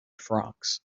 frocks